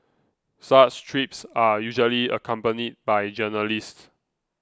such trips are usually accompanied by journalists